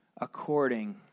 according